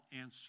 answer